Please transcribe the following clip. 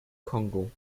kongo